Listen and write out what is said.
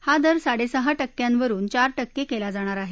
हा दर साडे सहा टक्क्यांवरुन चार टक्के केला जाणार आहे